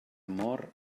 amor